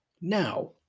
Now